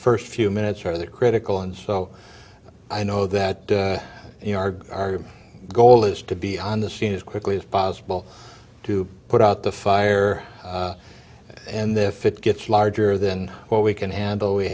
first few minutes are the critical and so i know that you know our goal is to be on the scene as quickly as possible to put out the fire and if it gets larger than what we can handle we